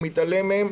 הוא מתעלם מהם.